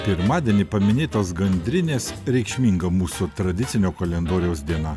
pirmadienį paminėtos gandrinės reikšminga mūsų tradicinio kalendoriaus diena